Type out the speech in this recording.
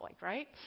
right